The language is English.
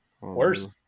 Worse